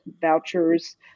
vouchers